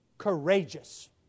courageous